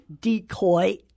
decoy